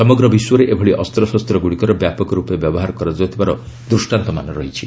ସମଗ୍ର ବିଶ୍ୱରେ ଏଭଳି ଅସ୍ତ୍ରଶସ୍ତ୍ରଗୁଡ଼ିକର ବ୍ୟାପକ ରୂପେ ବ୍ୟବହାର କରାଯାଉଥିବାର ଦୃଷ୍ଟାନ୍ତମାନ ରହିଛି